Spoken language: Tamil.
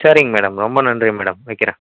சரிங்க மேடம் ரொம்ப நன்றி மேடம் வைக்கிறேன்